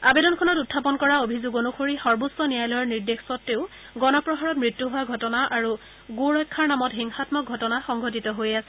আবেদনখনত উখাপন কৰা অভিযোগ অনুসৰি সৰ্বোচ্চ ন্যায়ালয়ৰ নিৰ্দেশ স্বত্তেও গণপ্ৰহাৰত মৃত্যু হোৱা ঘটনা আৰু গো ৰক্ষাৰ নামত হিংসাম্মক ঘটনা সংঘটিত হৈয়ে আছে